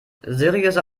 seriöse